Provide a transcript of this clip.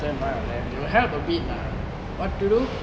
turn right or left to help a bit lah what to do